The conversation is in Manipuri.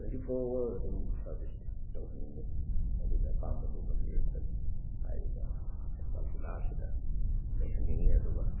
ꯇ꯭ꯋꯦꯟꯇꯤ ꯐꯣꯔ ꯑꯋꯥꯔ ꯑꯗꯨꯝ ꯁꯥꯔꯚꯤꯁ ꯇꯧꯍꯟꯅꯤꯡꯉꯤ ꯑꯗꯨꯒꯤ ꯑꯄꯥꯝꯕꯗꯨꯃꯗꯤ ꯑꯩꯈꯣꯏ ꯍꯥꯏꯔꯤꯕ ꯊꯧꯕꯥꯜ ꯖꯤꯂꯥꯥ ꯑꯁꯤꯗ ꯂꯩꯍꯟꯅꯤꯡꯉꯤ ꯑꯗꯨꯒ